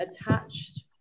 attached